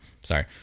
sorry